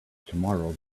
tomorrow